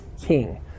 King